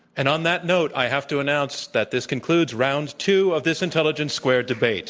and on that note, i have to announce that this concludes round two of this intelligence squared debate